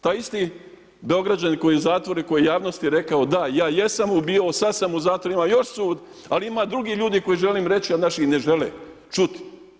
Taj isti Beograđanin koji je u zatvoru i koji je javnosti rekao da, ja jesam ubijao, sada sam u zatvoru, imam još sud, ali ima drugih ljudi koji žele reći a naši ne žele čuti.